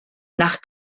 nach